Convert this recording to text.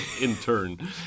intern